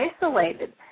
isolated